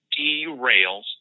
derails